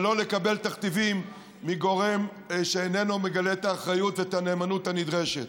ולא לקבל תכתיבים מגורם שאיננו מגלה את האחריות ואת הנאמנות הנדרשות.